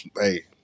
Hey